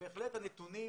בהחלט הנתונים